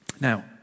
Now